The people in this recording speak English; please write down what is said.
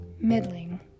middling